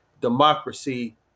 democracy